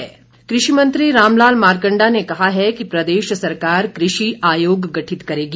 मारकंडा कृषि मंत्री राम लाल मारकंडा ने कहा है कि प्रदेश सरकार कृषि आयोग गठित करेगी